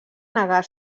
negar